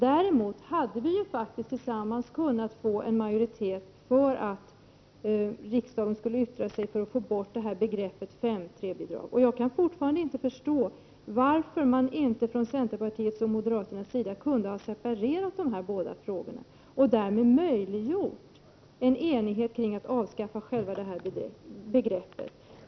Däremot hade vi tillsammans faktiskt kunnat åstadkomma en majoritet för att riksdagen skulle yttra sig för att begreppet 5:3-bidrag skall avskaffas. Jag kan fortfarande inte förstå varför man från centerpartiets och moderaternas sida inte kunde ha separerat de här båda frågorna och därmed möjliggjort enighet för att avskaffa begreppet 5:3-bidrag.